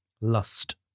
Lust